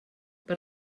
per